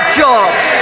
jobs